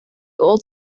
old